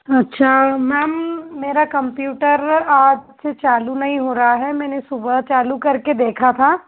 अच्छा मैम मेरा कम्प्यूटर आज से चालू नहीं हो रहा है मैंने सुबह चालू करके देखा था